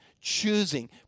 choosing